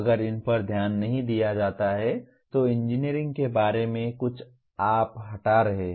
अगर इन पर ध्यान नहीं दिया जाता है तो इंजीनियरिंग के बारे में कुछ आप हटा रहे हैं